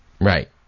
Right